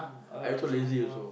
uh won't go well